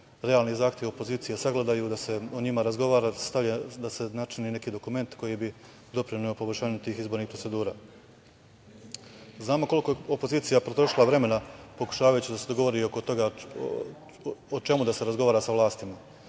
realni zahtev opozicije sagledaju i da se o njima razgovara i da se načini neki dokument koji bi doprineo poboljšanju tih izbornih procedura. Znamo koliko je opozicija potrošila vremena pokušavajući da se dogovori oko toga o čemu da se razgovara sa vlastima.